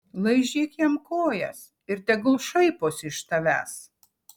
laižyk jam kojas ir tegul šaiposi iš tavęs